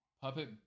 Puppet